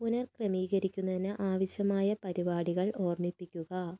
പുനഃക്രമീകരിക്കുന്നതിന് ആവശ്യമായ പരിപാടികൾ ഓർമ്മിപ്പിക്കുക